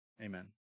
Amen